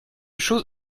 chose